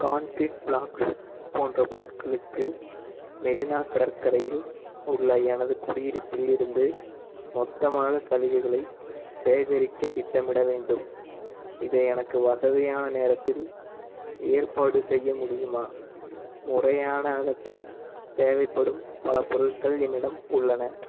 concrete blocks போன்ற பொருட்களுக்கு மெரினா கடற்கரையில் உள்ள எனது குடியிருப்பில் இருந்து மொத்தமாக கழிவுகளை சேகரிக்க திட்டமிட வேண்டும் இதை எனக்கு வசதியான நேரத்தில் ஏற்பாடு செய்ய முடியுமா முறையான அகற்றல் தேவைப்படும் பல பொருட்கள் என்னிடம் உள்ளன